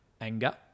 anger